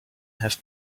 have